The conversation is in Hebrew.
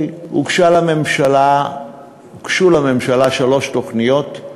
הוגשו לממשלה שלוש תוכניות,